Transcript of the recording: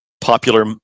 popular